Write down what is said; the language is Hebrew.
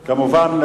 כמובן,